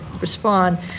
respond